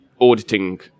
auditing